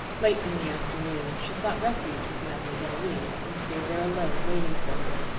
late in the afternoon she sought refuge with mademoiselle reisz, and stayed there alone, waiting for her,